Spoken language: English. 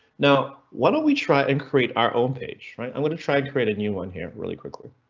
no, why don't we try and create our own page, right? i'm going to try and create a new one here really quickly.